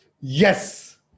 Yes